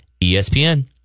ESPN